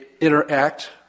interact